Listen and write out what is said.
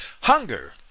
Hunger